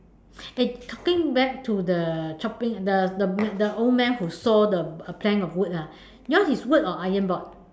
eh talking back to the chopping uh the the man the old man who saw the a plank of wood lah yours is wood or iron board